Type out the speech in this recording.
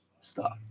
Stop